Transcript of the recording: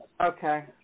Okay